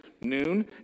noon